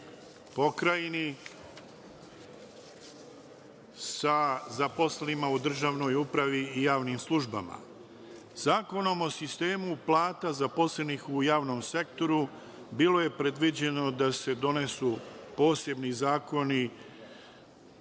samoupravi, AP sa zaposlenima u državnoj upravi i javnim službama. Zakonom o sistemu plata zaposlenih u javnom sektoru bilo je predviđeno da se donesu posebni zakoni